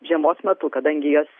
žiemos metu kadangi jos